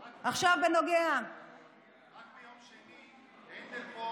רק ביום שני הנדל פה